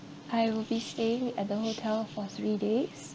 I will be staying at the hotel for three days